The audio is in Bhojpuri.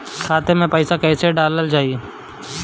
खाते मे पैसा कैसे डालल जाई?